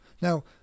Now